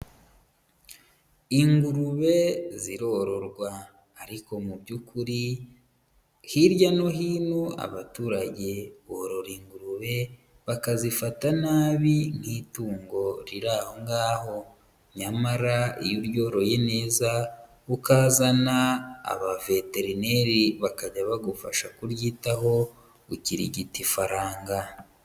Ingurube zirororwa. Ariko mu by'ukuri, hirya no hino abaturage borora ingurube, bakazifata nabi nk'itungo riraho ngaho. nyamara, iyo uryoroye neza, ukazana aba veterineri bakajya bagufasha kuryitaho, ukirigita ifaranga.